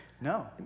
No